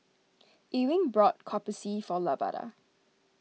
Ewing bought Kopi C for Lavada